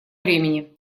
времени